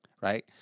Right